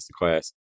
masterclass